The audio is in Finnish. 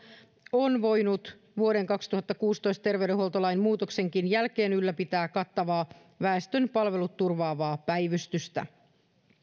on voinut vuoden kaksituhattakuusitoista terveydenhuoltolain muutoksenkin jälkeen ylläpitää kattavaa väestön palvelut turvaavaa päivystystä